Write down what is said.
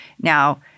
Now